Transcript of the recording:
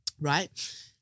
Right